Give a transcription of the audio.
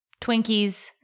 twinkies